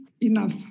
enough